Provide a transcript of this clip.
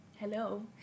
Hello